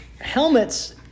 Helmets